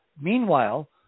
Meanwhile